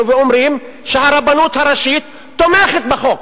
ואומרים שהרבנות הראשית תומכת בחוק.